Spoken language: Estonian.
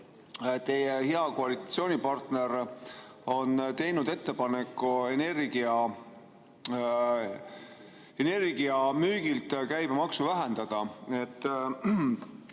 Teie hea koalitsioonipartner on teinud ettepaneku energia müügilt käibemaksu vähendada.